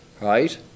right